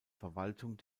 verwaltung